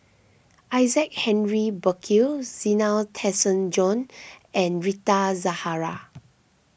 Isaac Henry Burkill Zena Tessensohn and Rita Zahara